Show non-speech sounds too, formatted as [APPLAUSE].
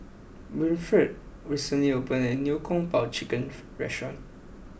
Winnifred recently opened a new Kung Po Chicken [NOISE] restaurant